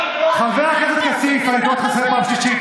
חבר הכנסת כסיף, אני קורא אותך לסדר בפעם השלישית.